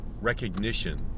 recognition